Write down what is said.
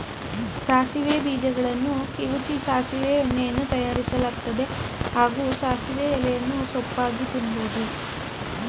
ಸಾಸಿವೆ ಬೀಜಗಳನ್ನು ಕಿವುಚಿ ಸಾಸಿವೆ ಎಣ್ಣೆಯನ್ನೂ ತಯಾರಿಸಲಾಗ್ತದೆ ಹಾಗೂ ಸಾಸಿವೆ ಎಲೆಯನ್ನು ಸೊಪ್ಪಾಗಿ ತಿನ್ಬೋದು